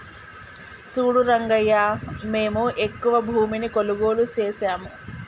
సూడు రంగయ్యా మేము ఎక్కువ భూమిని కొనుగోలు సేసాము